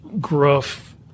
gruff